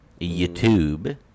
YouTube